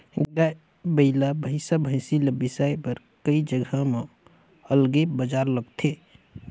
गाय, बइला, भइसा, भइसी ल बिसाए बर कइ जघा म अलगे बजार लगथे